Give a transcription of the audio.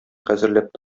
хәзерләп